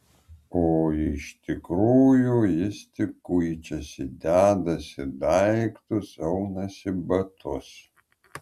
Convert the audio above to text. o iš tikrųjų jis tik kuičiasi dedasi daiktus aunasi batus